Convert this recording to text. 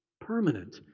permanent